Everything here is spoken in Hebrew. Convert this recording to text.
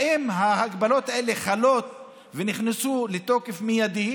האם ההגבלות האלה חלות ונכנסו לתוקף מיידי